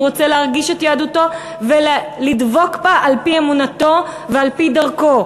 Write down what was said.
הוא רוצה להרגיש את יהדותו ולדבוק בה על-פי אמונתו ועל-פי דרכו,